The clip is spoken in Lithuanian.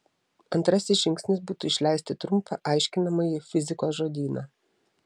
antrasis žingsnis būtų išleisti trumpą aiškinamąjį fizikos žodyną